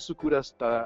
sukūręs tą